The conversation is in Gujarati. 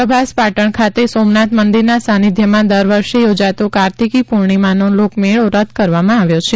પ્રભાસપાટણ ખાતે સોમનાથ મંદિરના સાનિધ્યમાં દર વર્ષે યોજાતો કાર્તિકી પૂર્ણિમાનો લોકમોળો રદ કરવામા આવ્યો છે